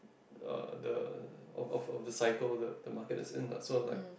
uh the the of of of the cycle the the market is in lah so like